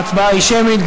ההצבעה היא שמית.